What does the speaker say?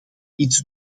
iets